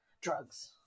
Drugs